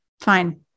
fine